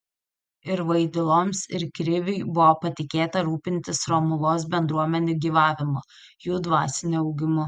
ir vaidiloms ir kriviui buvo patikėta rūpintis romuvos bendruomenių gyvavimu jų dvasiniu augimu